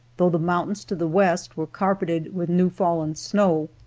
though the mountains to the west were carpeted with new-fallen snow.